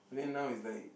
then now is like